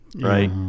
right